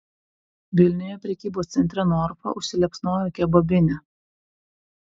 vilniuje prekybos centre norfa užsiliepsnojo kebabinė